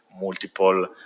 multiple